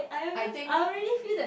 I think